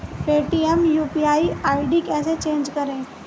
Paytm UPI ID कैसे change करें?